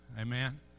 Amen